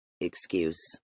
excuse